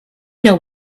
know